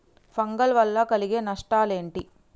Fungal వల్ల కలిగే నష్టలేంటి?